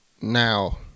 now